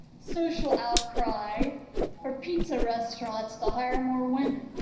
social outcry for pizza restaurants to hire more women.